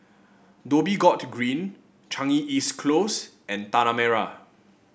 Dhoby Ghaut Green Changi East Close and Tanah Merah